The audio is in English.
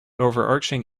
overarching